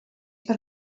per